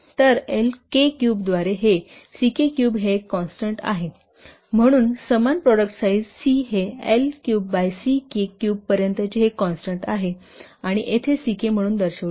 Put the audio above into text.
तर L k cube द्वारे हे Ck क्यूब हे एक कॉन्स्टन्ट आह आहे म्हणून समान प्रॉडक्ट साईज C हे L क्यूब बाय C kक्यूब पर्यंतचे हे कॉन्स्टन्ट आहे आणि येथे C k म्हणून दर्शविले जाते